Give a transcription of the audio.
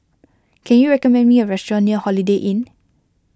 can you recommend me a restaurant near Holiday Inn